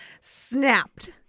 snapped